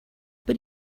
but